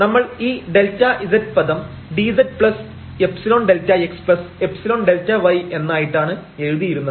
നമ്മൾ ഈ Δz പദം dzϵΔx ϵΔy എന്നായിട്ടാണ് എഴുതിയിരുന്നത്